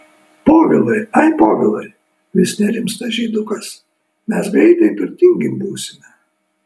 povilai ai povilai vis nerimsta žydukas mes greitai turtingi būsime